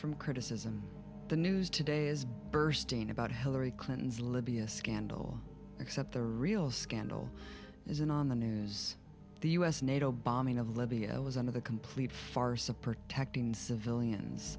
from criticism the news today is bursting about hillary clinton's libya scandal except the real scandal isn't on the news the u s nato bombing of libya was under the complete farce of protecting civilians